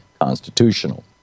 constitutional